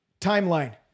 timeline